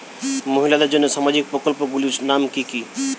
মহিলাদের জন্য সামাজিক প্রকল্প গুলির নাম কি কি?